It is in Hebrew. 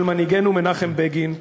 של מנהיגנו מנחם בגין,